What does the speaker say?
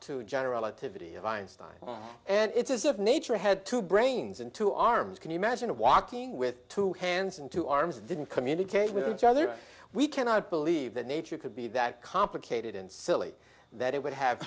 to general activity of einstein and it is of nature had two brains and two arms can you imagine walking with two hands and two arms didn't communicate with each other we cannot i believe that nature could be that complicated and silly that it would have